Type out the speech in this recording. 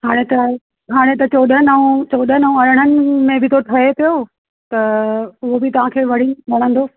हाणे त हाणे त चोॾहं न चोॾहं नो अरिड़हन में बि कोई ठहे पियो त हो बि तव्हांखे वरी वणंदो